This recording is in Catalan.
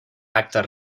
actes